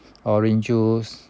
orange juice